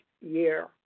year